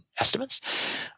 estimates